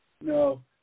No